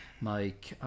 Mike